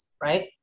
right